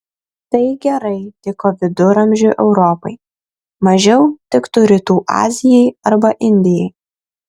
tai gerai tiko viduramžių europai mažiau tiktų rytų azijai arba indijai